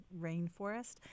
rainforest